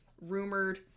rumored